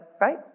right